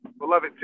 beloved